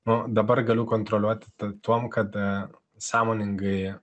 nu dabar galiu kontroliuoti tuom kad sąmoningai